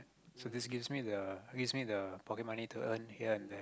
so this give me the give me the pocket money to earn here and there